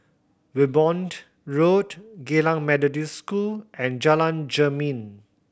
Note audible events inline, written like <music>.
Wimborne <unintelligible> Road Geylang Methodist School and Jalan Jermin